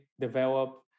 develop